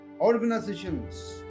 organizations